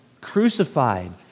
crucified